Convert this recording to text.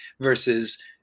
versus